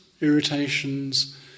irritations